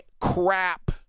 crap